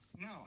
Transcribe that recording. No